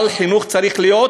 אבל חינוך צריך להיות.